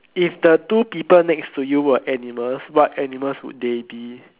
if the two people next to you were animals what animals would they be